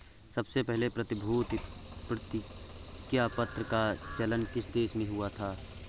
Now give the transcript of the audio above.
सबसे पहले प्रतिभूति प्रतिज्ञापत्र का चलन किस देश में हुआ था?